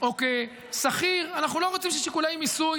או כשכיר, אנחנו לא רוצים ששיקולי מיסוי